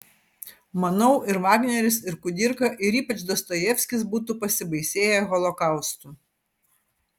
manau ir vagneris ir kudirka ir ypač dostojevskis būtų pasibaisėję holokaustu